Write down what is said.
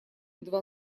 два